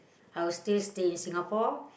I will stay still in Singapore